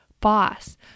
boss